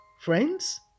friends